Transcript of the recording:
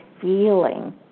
feeling